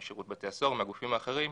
משירות בתי הסוהר ומהגופים האחרים,